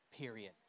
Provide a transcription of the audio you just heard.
period